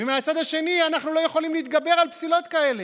ומהצד השני אנחנו לא יכולים להתגבר על פסילות כאלה.